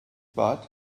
but